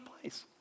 place